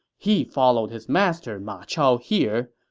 he followed his master ma chao here.